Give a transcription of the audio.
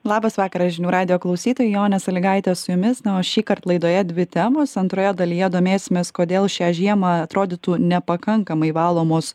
labas vakaras žinių radijo klausytojai jonė saligaitė su jumis na o šįkart laidoje dvi temos antroje dalyje domėsimės kodėl šią žiemą atrodytų nepakankamai valomos